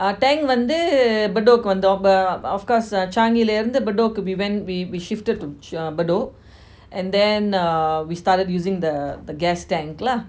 uh tank வந்து:vanthu bedok வந்து:vanthu of course changi லந்து:lanthu bedok கு:ku we went we we shifted to uh bedok and then err we started using the the gas tank lah